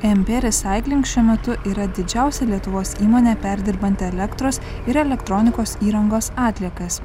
e em pė resaikling šiuo metu yra didžiausia lietuvos įmonė perdirbanti elektros ir elektronikos įrangos atliekas